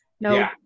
No